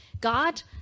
God